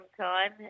time